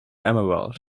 emerald